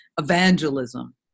evangelism